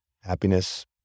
happiness